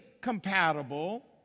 compatible